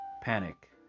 panic